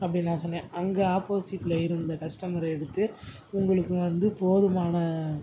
அப்படின்னு நான் சொன்னேன் அங்கே ஆப்போசிட்டில் இருந்த கஸ்டமர் எடுத்து உங்களுக்கு வந்து போதுமான